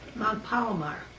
palomar,